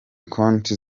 konti